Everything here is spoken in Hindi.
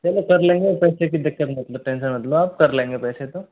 चलो कर लेंगे पैसे की दिक्कत मतलब टेंशन मत लो आप कर लेंगे पैसे तो